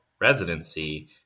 residency